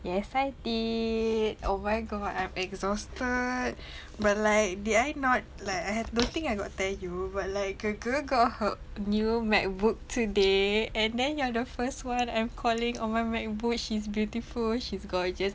yes I did oh my god I'm exhausted but like did I not like I had don't think I got tell you but like a girl got her new MacBook today and then you are the first one I'm calling on my MacBook she's beautiful she's gorgeous